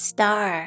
Star